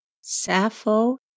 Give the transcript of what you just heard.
Sappho